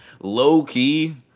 low-key